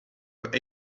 have